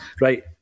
Right